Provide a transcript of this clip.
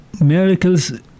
miracles